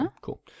Cool